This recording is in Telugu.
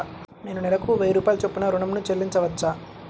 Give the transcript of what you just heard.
నేను నెలకు వెయ్యి రూపాయల చొప్పున ఋణం ను చెల్లించవచ్చా?